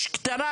קטנה,